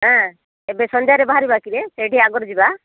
ଏବେ ସନ୍ଧ୍ୟାରେ ବାହାରିବା କିରେ ସେଇଠି ଆଗରୁ ଯିବା